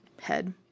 head